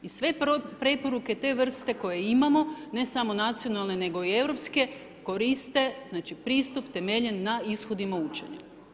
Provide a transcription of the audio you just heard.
I sve preporuke te vrste koje imamo ne samo nacionalne nego i europske koriste pristup temeljen na ishodima učenja.